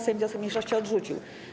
Sejm wniosek mniejszości odrzucił.